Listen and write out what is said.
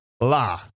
la